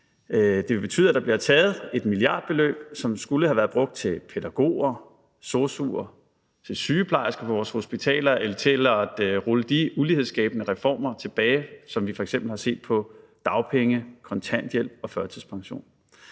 det vil betyde, at der bliver taget et milliardbeløb, som skulle have været brugt til nogle pædagoger, sosu'er, sygeplejersker på vores hospitaler eller til at rulle de ulighedsskabende reformer tilbage, som vi f.eks. har set på områderne for til dagpenge, kontanthjælp og førtidspension.